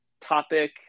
topic